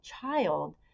child